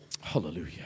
Hallelujah